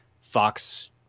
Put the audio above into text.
Fox